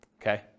Okay